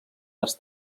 les